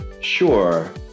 Sure